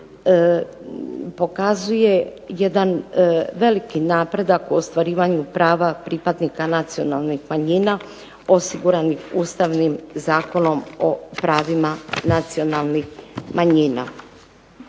pokazuje jedan veliki napredak u ostvarivanju prava pripadnika nacionalnih manjina osiguranih Ustavnim zakonom o pravima nacionalnih manjina.